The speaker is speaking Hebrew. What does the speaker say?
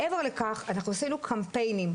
מעבר לכך אנחנו עשינו קמפיינים,